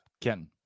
Ken